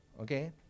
Okay